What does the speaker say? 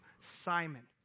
Simon